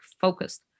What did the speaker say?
focused